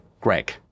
greg